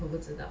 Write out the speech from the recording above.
我不知道